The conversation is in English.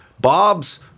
Bob's